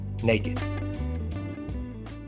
naked